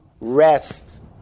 rest